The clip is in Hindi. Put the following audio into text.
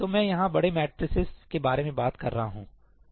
तो मैं यहाँ बड़े मैट्रिसेस के बारे में बात कर रहा हूँसही